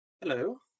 Hello